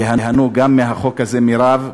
ייהנו מהחוק הזה, מרב.